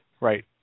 Right